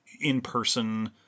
in-person